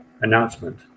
announcement